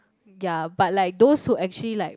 ya but like those who actually like